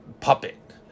puppet